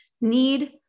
need